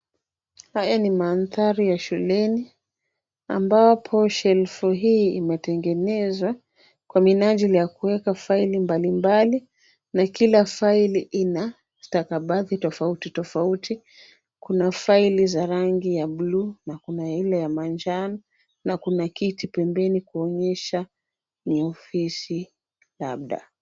Haya ni mandhari ya shuleni ambapo shelfu hii imetengenezwa kwa minajili ya kuweka faili mbalimbali na kila faili ina stakabadhi tofauti tofauti. Kuna faili za rangi ya bluu na kuna ile ya manjano na kuna kiti pembeni kuonyesha ni ofisi labda.